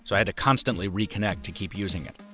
so i had to constantly reconnect to keep using it.